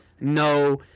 no